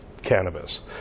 cannabis